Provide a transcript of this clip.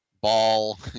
ball